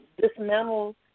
dismantle